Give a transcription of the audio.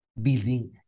building